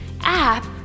app